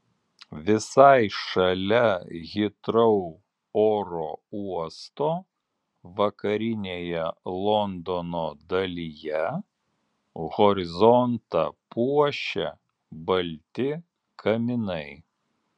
visai šalia hitrou oro uosto vakarinėje londono dalyje horizontą puošia balti kaminai